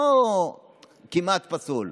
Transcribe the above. זה לא כמעט פסול.